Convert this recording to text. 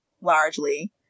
largely